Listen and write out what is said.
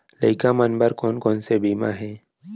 लइका मन बर कोन कोन से बीमा हे?